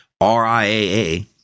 RIAA